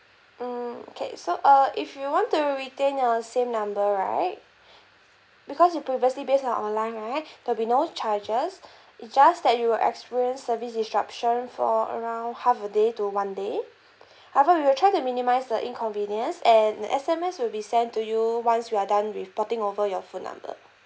mm okay so uh if you want to retain your same number right because you previously based on online right there'll be no charges it's just that you will experience service disruption for around half a day to one day however we'll try to minimise the inconvenience and S_M_S will be sent to you once we are done with porting over your phone number